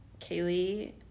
Kaylee